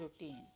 routine